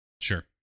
sure